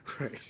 Right